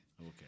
Okay